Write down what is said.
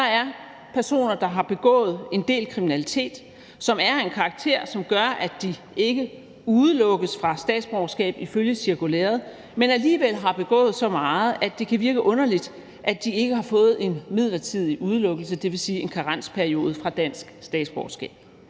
stillet, personer, der har begået en del kriminalitet, som er af en karakter, som gør, at de ikke udelukkes fra statsborgerskab ifølge cirkulæret, men alligevel har begået så meget, at det kan virke underligt, at de ikke har fået en midlertidig udelukkelse, dvs. en karensperiode fra dansk statsborgerskab.